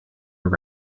your